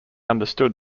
understood